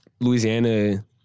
Louisiana